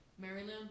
Maryland